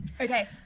Okay